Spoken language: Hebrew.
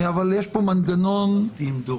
אבל יש פה מנגנון חשוב,